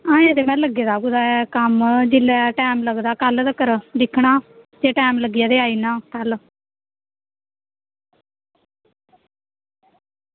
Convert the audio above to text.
ऐहीं लग्गे दा कम्म कल्लै तगर जेकर टैम लगदा दिक्खना तां आई जन्ना कल्ल